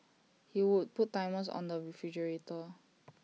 he would put timers on the refrigerator